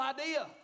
idea